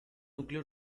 núcleo